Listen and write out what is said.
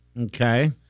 Okay